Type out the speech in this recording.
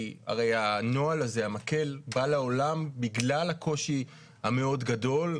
כי הרי הנוהל הזה המקל בא לעולם בגלל הקושי המאוד גדול,